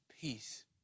peace